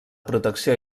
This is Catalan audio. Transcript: protecció